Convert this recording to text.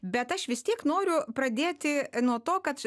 bet aš vis tiek noriu pradėti nuo to kad